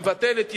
מבטלת ישיבות,